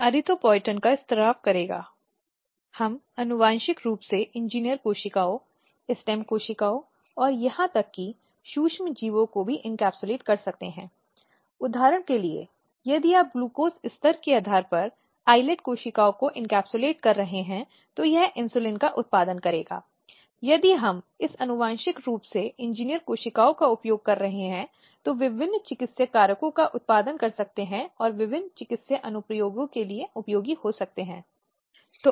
अब जब हम लिंग आधारित हिंसा की बात कर रहे हैं और अंतर्राष्ट्रीय दृष्टिकोणों की बात कर रहे हैं तो हमने हिंसा की अवधारणा को समझने की कोशिश की है जैसा कि 1993 की घोषणा में परिभाषित किया गया था